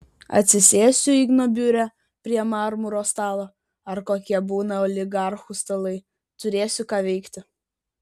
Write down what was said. atsisėsiu igno biure prie marmuro stalo ar kokie būna oligarchų stalai turėsiu ką veikti